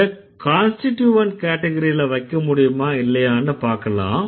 இத கான்ஸ்டிட்யூவன்ட் கேட்டகிரில வைக்க முடியுமா இல்லையான்னு பாக்கலாம்